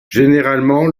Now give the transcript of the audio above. généralement